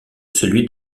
celui